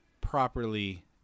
properly